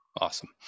Awesome